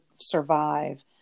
survive